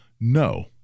No